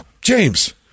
James